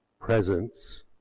presence